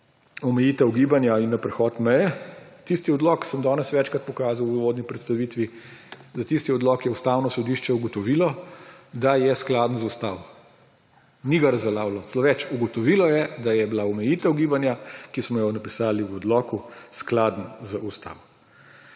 omejitev gibanja in na prehod meje, tisti odlok sem danes večkrat pokazal v uvodni predstavitvi, za tisti odlok je Ustavno sodišče ugotovilo, da je skladen z ustavo. Ni ga razveljavilo, celo več, ugotovilo je, da je bila omejitev gibanja, ki smo jo napisali v odloku, skladna z ustavo.